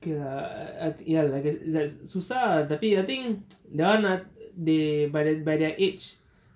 okay uh uh ya I guess that's susah ah tapi I think dah nak they by their by their age